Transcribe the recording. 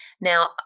Now